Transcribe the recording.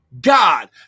God